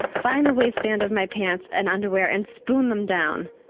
find the waist band of my pants and underwear and spoon them down.